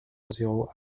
zéro